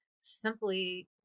simply